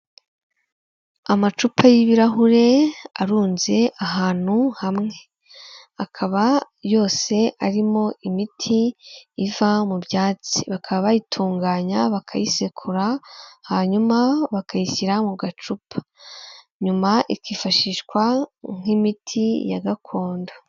Amacupa y'ibirahure arunze ahantu hamwe, akaba yose arimo imiti iva mu byatsi, bakaba bayitunganya, bakayisekura, hanyuma bakayishyira mu gacupa, nyuma ikifashishwa nk'imiti ya gakondo.